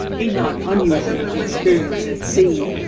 a not unusual experience at sea.